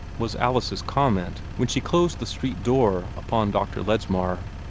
was alice's comment when she closed the street door upon dr. ledsmar.